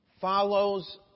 follows